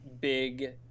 big